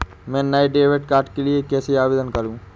मैं नए debit card के लिए कैसे आवेदन करूं?